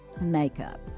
makeup